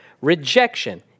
rejection